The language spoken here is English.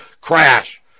Crash